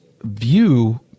view